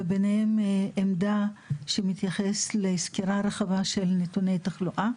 וביניהם עמדה שמתייחסת לסקירה רחבה של נתוני תחלואה,